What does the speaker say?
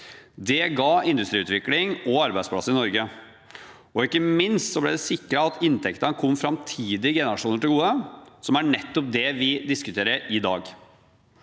Det ga industriutvikling og arbeidsplasser i Norge, og ikke minst ble det sikret at inntektene kom framtidige generasjoner til gode, noe som er nettopp det vi diskuterer i dag.